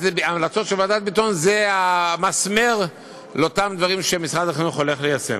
ההמלצות של ועדת ביטון הן המסמר לאותם דברים שמשרד החינוך הולך ליישם.